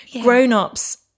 grown-ups